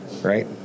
right